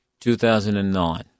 2009